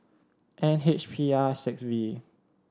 N H P R six V